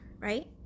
right